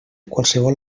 qualsevol